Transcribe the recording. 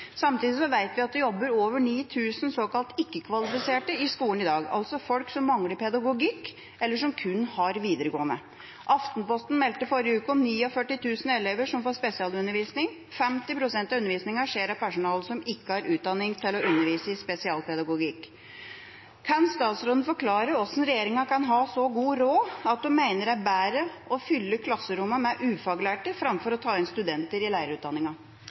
Samtidig vet vi at det jobber over 9 000 såkalt ikke-kvalifiserte i skolen i dag, altså folk som mangler pedagogikk, eller som har kun videregående. Aftenposten meldte forrige uke om 49 000 elever som får spesialundervisning. 50 pst. av undervisningen skjer av personell som ikke har utdanning i spesialpedagogikk til å undervise. Kan statsråden forklare hvordan regjeringa kan ha så god råd at de mener det er bedre å fylle klasserommene med ufaglærte framfor å ta inn studenter i